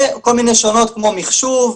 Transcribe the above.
וכל מיני שונות כמו מחשוב,